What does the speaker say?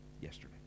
yesterday